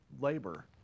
labor